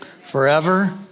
Forever